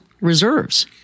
reserves